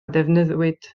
defnyddiwyd